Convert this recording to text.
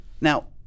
Now